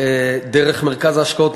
דרך מרכז ההשקעות,